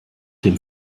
dem